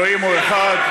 אלוהים הוא אחד,